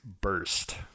burst